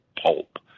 pulp